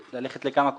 הליכה לכמה כובעים,